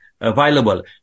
available